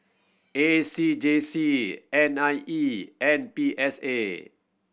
A C J C N I E and P S A